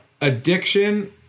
addiction